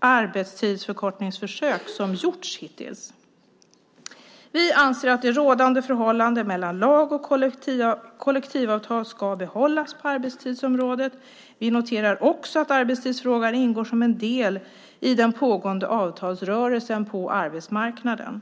arbetstidsförkortningsförsök som gjorts hittills. Vi anser att det rådande förhållandet mellan lag och kollektivavtal ska behållas på arbetstidsområdet. Vi noterar också att arbetstidsfrågan ingår som en del i den pågående avtalsrörelsen på arbetsmarknaden.